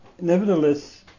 nevertheless